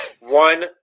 One